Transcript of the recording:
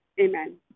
amen